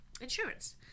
insurance